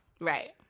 Right